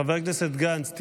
חבר הכנסת גנץ,